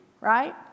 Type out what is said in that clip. Right